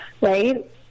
right